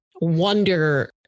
wonder